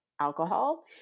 alcohol